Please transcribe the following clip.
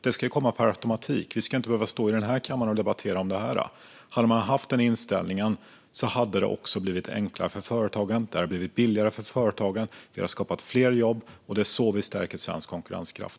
Det ska komma per automatik. Vi ska inte behöva stå i den här kammaren och debattera detta. Om man hade haft den inställningen hade det blivit enklare för företagen. Det hade blivit billigare för företagen och skapat fler jobb. Det är så vi stärker svensk konkurrenskraft.